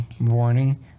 warning